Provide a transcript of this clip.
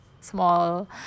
small